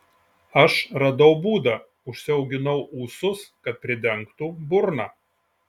aš radau būdą užsiauginau ūsus kad pridengtų burną